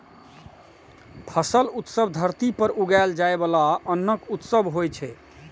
फसल उत्सव धरती पर उगाएल जाइ बला अन्नक उत्सव होइ छै